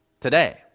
today